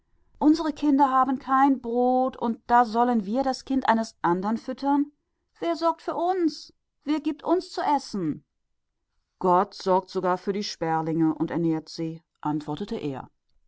unsere kinder haben kein brot und sollen wir fremde kinder füttern wer kümmert sich um uns und wer gibt uns brot ja aber gott sorgt selbst für die sperlinge und gibt ihnen nahrung antwortete er